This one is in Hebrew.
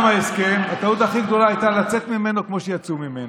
ההסכם הטעות הכי גדולה הייתה לצאת ממנו כמו שיצאו ממנו.